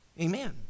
amen